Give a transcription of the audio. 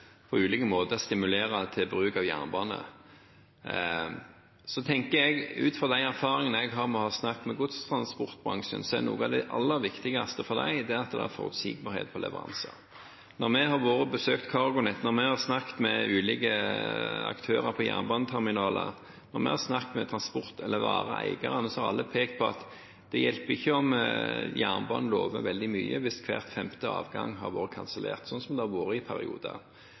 stimulere til bruk av jernbane. Jeg tenker – ut fra de erfaringene jeg har etter å ha snakket med godstransportbransjen – at noe av det aller viktigste for dem er at det er forutsigbarhet for leveranser. Når vi har vært og besøkt CargoNet, når vi har snakket med ulike aktører på jernbaneterminaler, når vi har snakket med transport- eller vareeierne, har alle pekt på at det ikke hjelper at jernbanen lover veldig mye hvis hver femte avgang er kansellert, slik det har vært i